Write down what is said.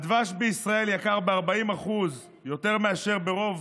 הדבש בישראל יקר ב-40% יותר מאשר ברוב